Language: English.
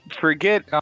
forget